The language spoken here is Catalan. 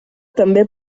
també